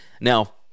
Now